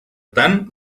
tant